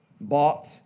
bought